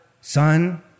son